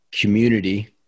community